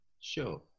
Sure